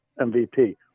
MVP